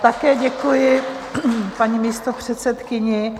Také děkuji paní místopředsedkyni.